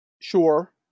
sure